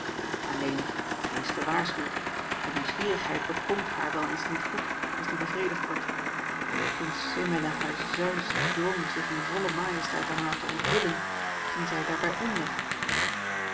alleen wees gewaarschuwd de nieuwsgierigheid bekomt haar wel eens niet goed als die bevredigd wordt toen semele haar zeus dwong zich in volle majesteit aan haar te onthullen ging zij daarbij onder